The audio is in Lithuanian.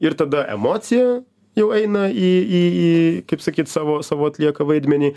ir tada emocija jau eina į į į kaip sakyt savo savo atlieka vaidmenį